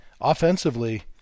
offensively